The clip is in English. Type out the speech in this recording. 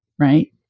right